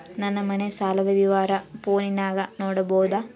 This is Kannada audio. ನನ್ನ ಮನೆ ಸಾಲದ ವಿವರ ಫೋನಿನಾಗ ನೋಡಬೊದ?